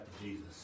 Jesus